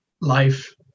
life